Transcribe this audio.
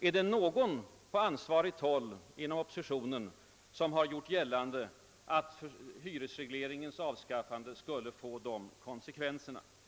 Är det någon på ansvarigt håll inom oppositionen som har gjort gällande att hyresregleringens avskaffande skulle få just de konsekvenser som åberopas i